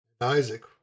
Isaac